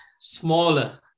smaller